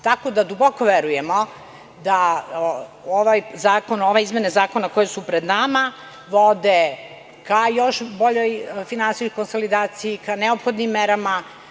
Tako da, duboko verujemo da ove izmene zakona koje su pred nama vode ka još boljoj finansijskoj konsolidaciji, ka neophodnim merama.